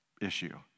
issue